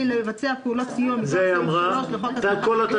המוסד ישלם את המענק בעד כל יום שבו היה המבוטח מועסק,